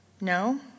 No